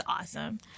awesome